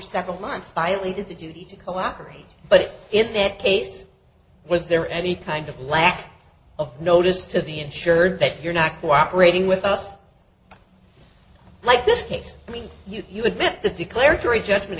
several months violated the duty to cooperate but in that case was there any kind of lack of notice to be ensured that you're not cooperating with us like this case i mean you you admit the declaratory judgment